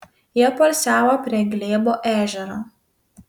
jie poilsiavo prie glėbo ežero